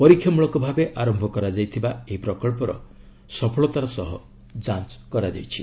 ପରୀକ୍ଷା ମୂଳକ ଭାବେ ଆରମ୍ଭ କରାଯାଇଥିବା ଏହି ପ୍ରକଳ୍ପର ସଫଳତାର ସହ ଯାଞ୍ଚ୍ କରାଯାଇଛି